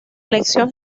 elección